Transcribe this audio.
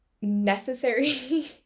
necessary